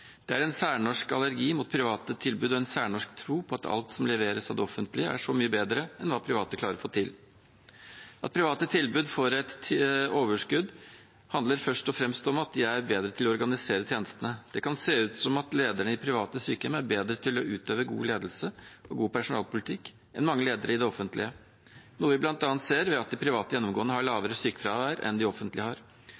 Det er en særnorsk allergi mot private tilbud og en særnorsk tro på at alt som leveres av det offentlige, er så mye bedre enn hva private klarer å få til. At private tilbud får et overskudd, handler først og fremst om at de er bedre til å organisere tjenestene. Det kan se ut som om lederne i private sykehjem er bedre til å utøve god ledelse og god personalpolitikk enn mange ledere i det offentlige, noe vi bl.a. ser ved at de private gjennomgående har